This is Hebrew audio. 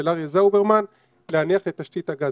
של אריה זאוברמן להניח את תשתית הגז.